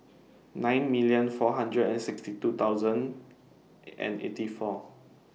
nine million four hundred and sixty two thousand and eighty four